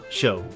show